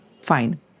Fine